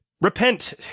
repent